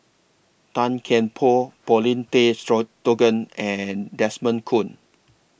Tan Kian Por Paulin Tay and Desmond Kon